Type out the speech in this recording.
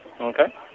Okay